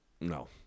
No